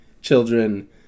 children